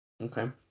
okay